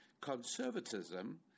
conservatism